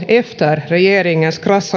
efter regeringens